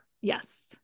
yes